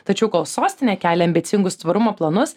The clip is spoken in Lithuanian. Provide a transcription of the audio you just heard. tačiau kol sostinė kelia ambicingus tvarumo planus